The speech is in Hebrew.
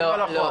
לא.